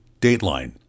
Dateline